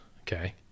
okay